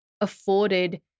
afforded